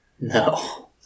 No